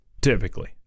Typically